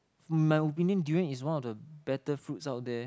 in my opinion durian is one of the better fruits out there